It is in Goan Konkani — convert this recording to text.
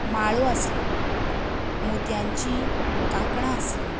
माळो आसल्यो मोतयांची कांकणां आसलीं